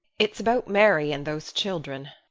it's about mary and those children.